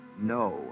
no